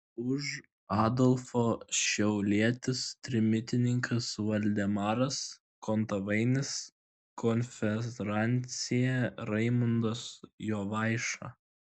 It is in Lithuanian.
už adolfo šiaulietis trimitininkas valdemaras kontvainis konferansjė raimundas jovaiša